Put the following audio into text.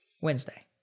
Wednesday